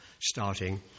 starting